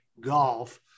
Golf